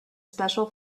special